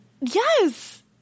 Yes